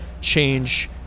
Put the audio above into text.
change